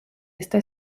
esta